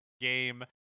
game